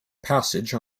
passage